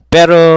Pero